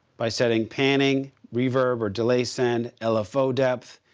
by setting panning, reverb, or delay send, lfo depth,